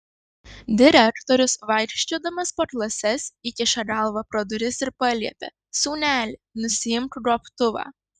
direktorius vaikščiodamas po klases įkiša galvą pro duris ir paliepia sūneli nusiimk gobtuvą